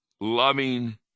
loving